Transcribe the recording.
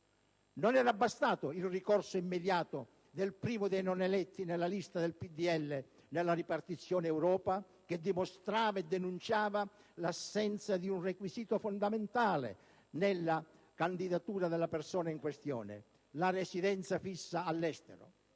Non era bastato il ricorso immediato del primo dei non eletti nella lista del Popolo della Libertà nella ripartizione Europa, che dimostrava e denunciava l'assenza di un requisito fondamentale nella candidatura della persona in questione: la residenza fissa all'estero.